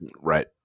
right